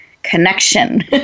connection